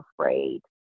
afraid